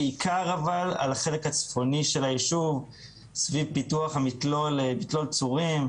בעיקר אבל על החלק הצפוני של הישוב סביב פיתוח מתלול צורים,